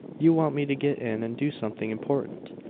you want me to get in and do something important.